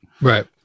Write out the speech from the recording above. Right